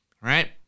right